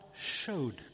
showed